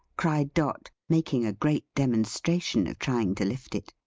cried dot, making a great demonstration of trying to lift it.